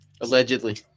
Allegedly